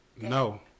No